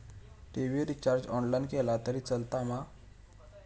TV recharge online केला तरी चलात मा?